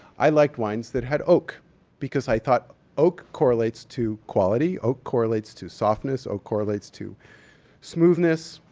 i liked wines that had oak because i thought oak correlates to quality. oak correlates to softness. oak correlates to smoothness.